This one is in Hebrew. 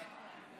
כן.